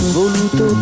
voluto